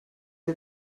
ihr